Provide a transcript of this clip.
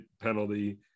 penalty